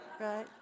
right